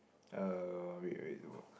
uh wait wait you